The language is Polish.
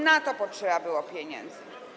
Na to potrzeba było pieniędzy.